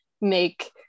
make